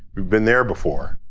we've been there before.